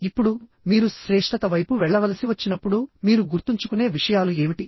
ఇప్పుడు మీరు శ్రేష్ఠత వైపు వెళ్ళవలసి వచ్చినప్పుడు మీరు గుర్తుంచుకునే విషయాలు ఏమిటి